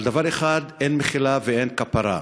על דבר אחד אין מחילה ואין כפרה: